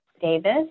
Davis